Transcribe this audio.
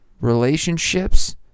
relationships